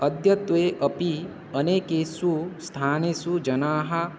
अद्यत्वे अपि अनेकेषु स्थानेषु जनाः